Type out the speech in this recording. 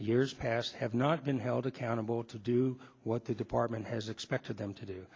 years past have not been held accountable to do what the department has expected them to do